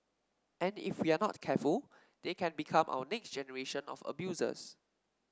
and if we are not careful they can become our next generation of abusers